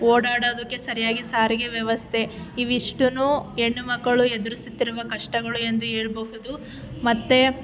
ಓಡಾಡೋದಕ್ಕೆ ಸರಿಯಾಗಿ ಸಾರಿಗೆ ವ್ಯವಸ್ಥೆ ಇವಿಷ್ಟನ್ನೂ ಹೆಣ್ಣುಮಕ್ಕಳು ಎದುರಿಸುತ್ತಿರುವ ಕಷ್ಟಗಳು ಎಂದು ಹೇಳ್ಬಹುದು ಮತ್ತೆ